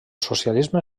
socialisme